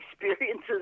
experiences